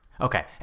Okay